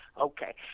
Okay